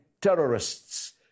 terrorists